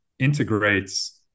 integrates